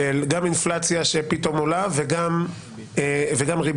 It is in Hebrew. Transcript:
גם אינפלציה שפתאום עולה וגם ריבית.